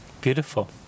beautiful